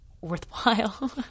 Worthwhile